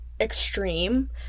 extreme